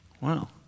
Wow